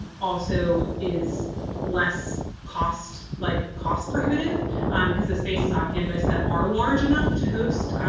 also is less cost, like, cost prohibitive because the spaces on campus that are large enough to host,